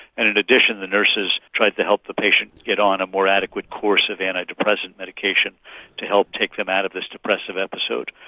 and in addition the nurses tried to help the patients get on a more adequate course of anti-depressant medication to help take them out of this depressive episode.